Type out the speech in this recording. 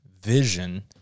vision